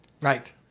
Right